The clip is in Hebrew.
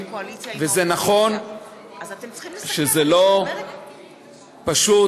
וזה נכון שזה לא פשוט,